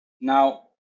Now